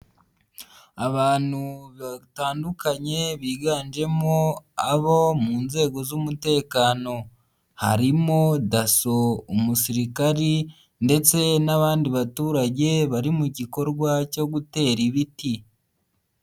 Abantu batandukanye biganjemo abo mu nzego z'umutekano, harimo daso, umusirikari ndetse n'abandi baturage bari mu gikorwa cyo gutera ibiti.